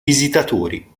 visitatori